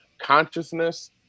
consciousness